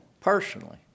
personally